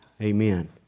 Amen